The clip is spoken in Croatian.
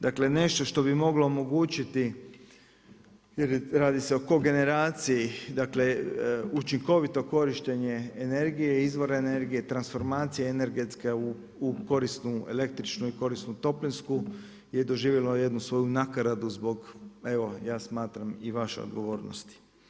Dakle nešto što bi moglo omogućiti jer radi se o kogeneraciji, dakle učinkovito korištenje energije, izvora energije, transformacije energetske u korisnu električnu i korisnu toplinsku je doživjelo jednu svoju nakaradu zbog evo ja smatram i vaše odgovornosti.